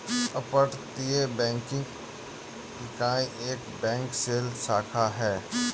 अपतटीय बैंकिंग इकाई एक बैंक शेल शाखा है